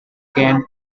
cane